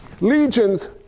legions